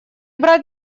брат